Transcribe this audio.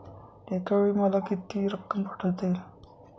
एकावेळी मला किती रक्कम पाठविता येईल?